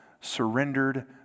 surrendered